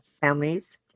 families